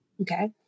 Okay